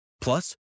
Plus